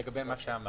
לגבי מה שאמרתם.